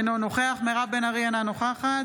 אינו נוכח מירב בן ארי, אינה נוכחת